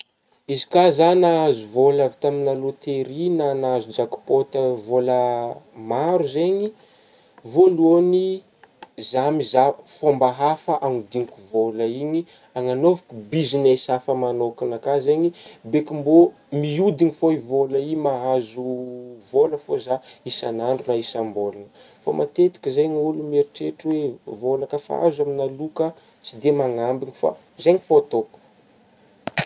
Izy ka zah nahazo vôla avy tamignà lôtery na nahazo jakipôty a-vôla maro zegny, voalohagny zah mizaha fômba hafa agnodignako vôla igny anagnaovoko biznesy hafa manôkana ka zegny be ki mbô mihodigny fô vôla io mahazo vôla fô zah isan'andro na isam-bôlagna, fa matetika zegny ôlo mieritreritry hoe vôla ka fa azo aminah loka tsy de magnambigna fa zegny fô ataoko.